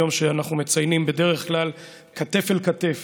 יום שאנחנו מציינים בדרך כלל כתף אל כתף